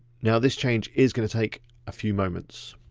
now this change is gonna take a few moments